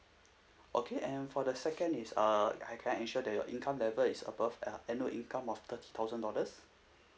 okay and for the second is uh I can I ensure that your income level is above uh annual income of thirty thousand dollars